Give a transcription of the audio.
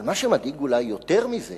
אבל מה שמדאיג אולי יותר מזה